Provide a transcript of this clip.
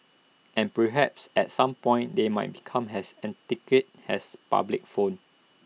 and perhaps at some point they might become as antiquated as public phone